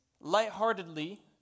lightheartedly